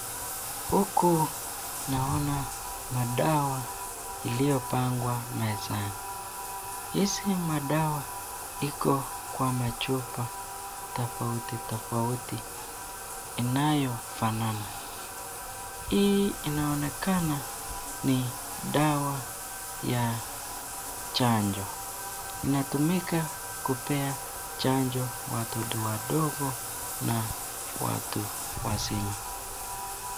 Huku naona madawa iliyopangwa mezani, hizi madawa iko kwa machupa tofautitofauti, inayofanana inaonekana ni dawa ya chanjo, unatumika kupea chanjo watoto wadogo na watu wazima.